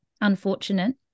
unfortunate